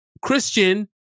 Christian